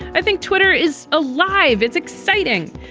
i think twitter is alive it's exciting.